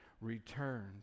returned